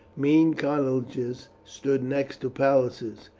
mean cottages stood next to palaces.